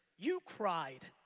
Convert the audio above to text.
you cried.